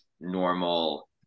normal